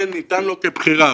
זה ניתן לו כבחירה,